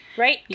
Right